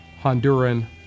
Honduran